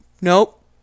nope